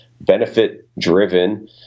benefit-driven